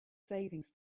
savings